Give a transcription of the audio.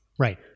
Right